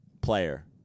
player